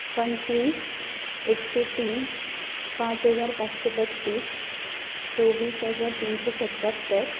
पंचवीस एकशें तीन पांच हजार पांचशें बत्तीस चोवीस हजार तीनशें सत्यात्तर